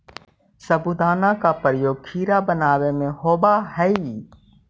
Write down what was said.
साबूदाना का प्रयोग खीर बनावे में होवा हई